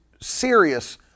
serious